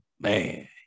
man